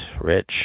Rich